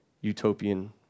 utopian